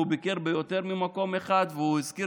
והוא ביקר ביותר ממקום אחד והוא הזכיר